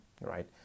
right